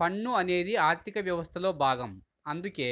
పన్ను అనేది ఆర్థిక వ్యవస్థలో భాగం అందుకే